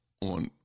on